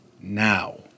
now